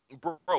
Bro